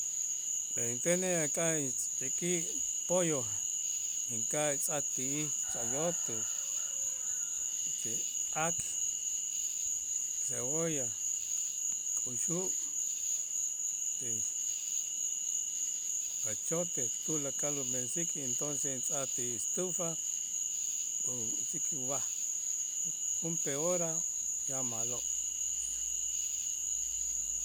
Intenej aka'aj pollo inka'aj tz'aj ti'ij chayote etel ak', cebolla, k'uxu' ete achote tulakal ub'ensik, etonces tz'aj ti estufa utziki ub'aj junp'ee hora ya ma'lo'.